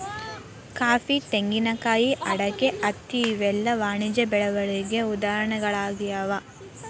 coffee, ತೆಂಗಿನಕಾಯಿ, ಅಡಿಕೆ, ಹತ್ತಿ ಇವೆಲ್ಲ ವಾಣಿಜ್ಯ ಬೆಳೆಗಳಿಗೆ ಉದಾಹರಣೆಗಳಾಗ್ಯಾವ